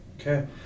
Okay